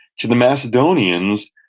to the macedonians,